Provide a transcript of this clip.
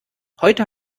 heute